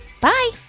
Bye